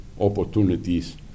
opportunities